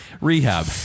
Rehab